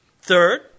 Third